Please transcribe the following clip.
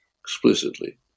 explicitly